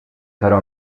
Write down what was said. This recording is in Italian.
caro